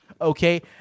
Okay